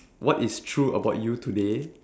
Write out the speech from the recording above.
what is true about you today